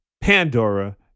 Pandora